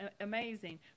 amazing